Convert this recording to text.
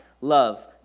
love